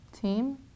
team